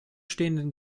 stehenden